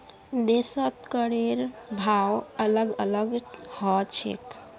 देशत करेर भाव अलग अलग ह छेक